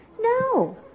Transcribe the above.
no